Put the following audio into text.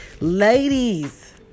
Ladies